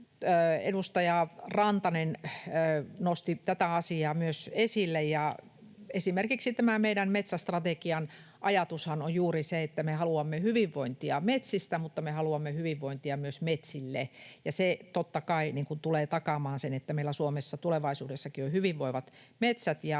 edustaja Rantanen nosti tätä asiaa täällä esille. Esimerkiksi tämän meidän metsästrategian ajatushan on juuri se, että me haluamme hyvinvointia metsistä mutta me haluamme hyvinvointia myös metsille. Se totta kai tulee takaamaan sen, että meillä Suomessa tulevaisuudessakin on hyvinvoivat metsät.